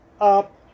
up